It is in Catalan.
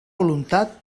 voluntat